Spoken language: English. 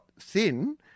thin